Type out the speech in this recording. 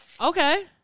Okay